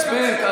מספיק.